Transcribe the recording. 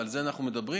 ועל זה אנחנו מדברים,